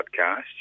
podcast